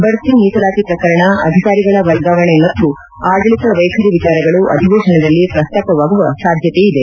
ಬಡ್ತಿ ಮೀಸಲಾತಿ ಪ್ರಕರಣ ಅಧಿಕಾರಿಗಳ ವರ್ಗಾವಣೆ ಮತ್ತು ಆಡಳಿತ ವೈಖರಿ ವಿಚಾರಗಳು ಅಧಿವೇಶನದಲ್ಲಿ ಪ್ರಸ್ತಾಪವಾಗುವ ಸಾಧ್ಯತೆ ಇದೆ